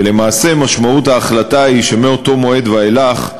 ולמעשה, משמעות ההחלטה היא שמאותו מועד ואילך,